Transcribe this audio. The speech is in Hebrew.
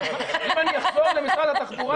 אם אני אחזור למשרד התחבורה,